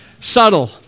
Subtle